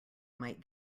might